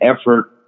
effort